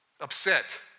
upset